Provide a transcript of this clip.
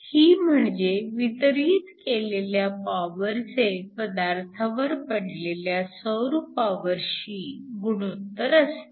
ही म्हणजे वितरित केलेल्या पॉवरचे पदार्थावर पडलेल्या सौर पॉवरशी गुणोत्तर असते